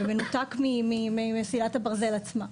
במנותק ממסילת הברזל עצמה.